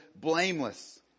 blameless